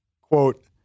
quote